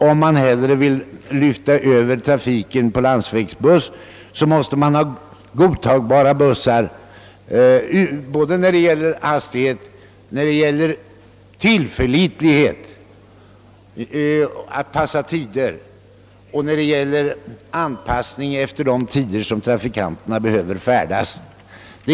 Om man föredrar att lyfta över trans Porterna till landsvägsbussar, måste man ha godtagbara bussar, både i fråga om hastighet och punktlighet. En sådan busstrafik måste också anpassas efter de tider då trafikanterna behöver färdas.